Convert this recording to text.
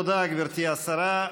תודה, גברתי השרה.